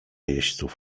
jeźdźców